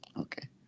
okay